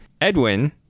edwin